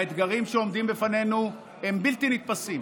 האתגרים שעומדים לפנינו הם בלתי נתפסים,